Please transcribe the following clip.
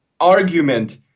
argument